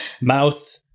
Mouth